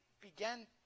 began